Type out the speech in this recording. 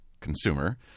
consumer